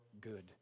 good